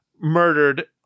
murdered